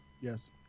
yes